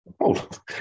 hold